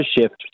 shift